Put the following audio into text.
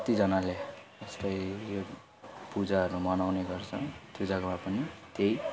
कतिजनाले यसलाई यो पूजाहरू मनाउने गर्छ त्यो जग्गामा पनि त्यही